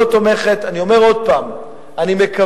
להעביר לוועדת הפנים והגנת